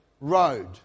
road